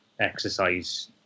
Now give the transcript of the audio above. exercise